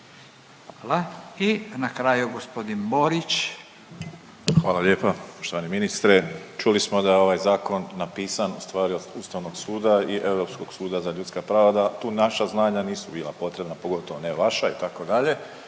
Hvala. I na kraju, g. Borić. **Borić, Josip (HDZ)** Hvala lijepa, poštovani ministre. Čuli smo da je ovaj Zakon napisan ustvari od Ustavnog suda i Europskog suda za ljudska prava, da tu naša znanja nisu bila potrebna, pogotovo ne vaša, itd., ali